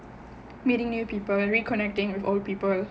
meeting new people and reconnecting with old people